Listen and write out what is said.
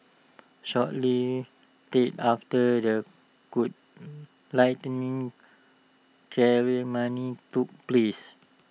shortly thereafter the lighting ceremony took place